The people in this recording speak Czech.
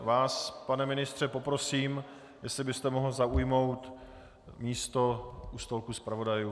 Vás, pane ministře, poprosím, jestli byste mohl zaujmout místo u stolku zpravodajů.